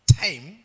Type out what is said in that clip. time